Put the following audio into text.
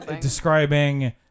describing